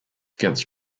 against